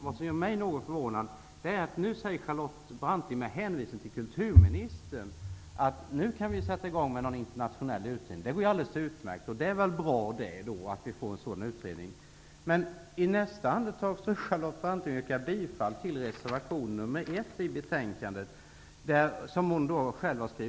Vad som förvånar mig är att Charlotte Branting, med hänvisning till kulturministern, säger att det nu går bra att tillsätta en utredning om internationella frågor. Det går alldeles utmärkt. Det är väl bra att få till stånd en sådan utredning. Men i nästa andetag yrkar Charlotte Branting bifall till reservation 1 i betänkandet, som hon har skrivit under.